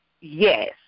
yes